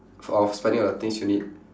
sort of spending on the things you need